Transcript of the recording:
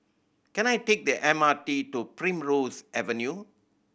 can I take the M R T to Primrose Avenue